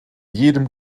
jedem